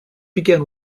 began